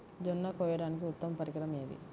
జొన్న కోయడానికి ఉత్తమ పరికరం ఏది?